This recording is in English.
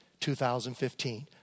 2015